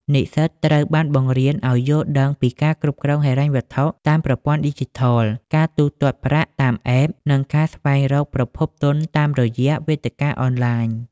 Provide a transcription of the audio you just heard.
និស្សិតត្រូវបានបង្រៀនឱ្យយល់ដឹងពីការគ្រប់គ្រងហិរញ្ញវត្ថុតាមប្រព័ន្ធឌីជីថល ការទូទាត់ប្រាក់តាម App និងការស្វែងរកប្រភពទុនតាមរយៈវេទិកាអនឡាញ។